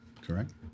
Correct